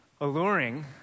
alluring